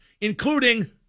including